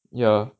ya